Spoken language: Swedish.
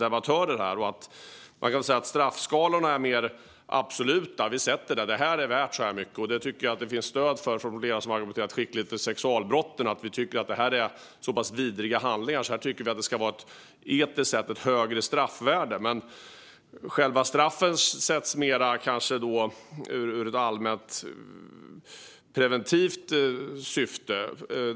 Straffskalorna kan sägas vara mer absoluta. Vi sätter att ett visst brott är värt ett visst straff. Flera har argumenterat skickligt för att sexualbrott är så pass vidriga handlingar att det finns stöd för att det etiskt sett ska vara ett högre straffvärde. Men själva straffen sätts kanske mer ur ett allmänpreventivt syfte.